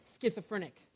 schizophrenic